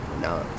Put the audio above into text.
No